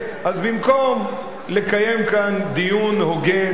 אז במקום לקיים כאן דיון הוגן,